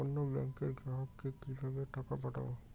অন্য ব্যাংকের গ্রাহককে কিভাবে টাকা পাঠাবো?